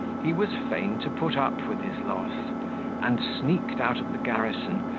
he was fain to put up with his loss and sneaked out of the garrison,